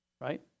right